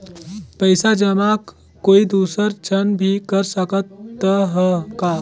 पइसा जमा कोई दुसर झन भी कर सकत त ह का?